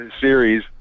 series